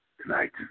Tonight